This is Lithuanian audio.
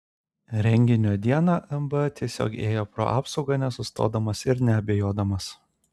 renginio dieną mb tiesiog ėjo pro apsaugą nesustodamas ir neabejodamas